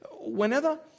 Whenever